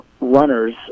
runners